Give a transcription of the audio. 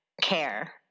care